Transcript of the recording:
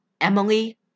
Emily